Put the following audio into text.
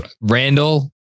Randall